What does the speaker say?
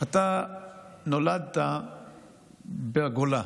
אתה נולדת בגולה,